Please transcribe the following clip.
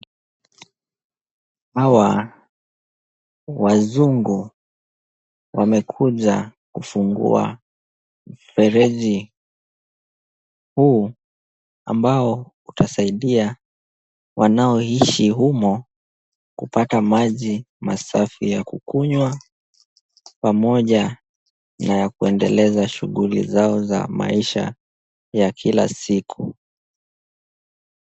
Hawa wazungu wamekuja kufungua mfereji huu ambao utasaidia wanaoishi humo kupata maji masafi ya kukunywa pamoja na kuendeleza shughuli zao za maisha ya kila siku.